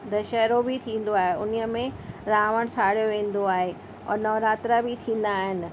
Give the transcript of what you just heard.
दशहेरो बि थींदो आहे उन में रावण साड़ियो वेंदो आहे औरि नवरात्रा बि थींदा आहिनि